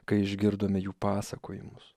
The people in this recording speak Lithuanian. kai išgirdome jų pasakojimus